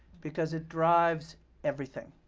because it drives everything.